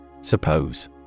Suppose